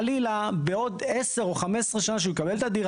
חלילה בעוד עשר או חמש עשרה שנה שהוא יקבל